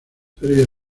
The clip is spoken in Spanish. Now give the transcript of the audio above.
previa